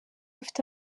ufite